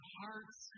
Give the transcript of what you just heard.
hearts